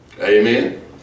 Amen